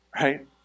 right